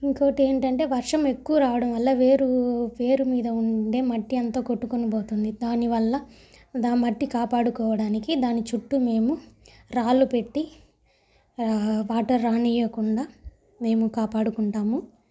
ఇంకోటేంటంటే వర్షం ఎక్కువ రావడం వల్ల వేరు వేరు మీద ఉండే మట్టి అంతా కొట్టుకొనిపోతుంది దానివల్ల దా మట్టి కాపాడుకోడానికి దాని చుట్టూ మేము రాళ్లు పెట్టి ఆ వాటర్ రానీయకుండా మేము కాపాడుకుంటాము